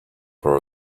for